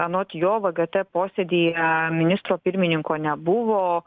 anot jo vgt posėdyje ministro pirmininko nebuvo